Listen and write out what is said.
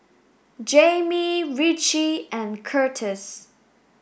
Jami Ritchie and Curtiss